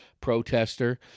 protester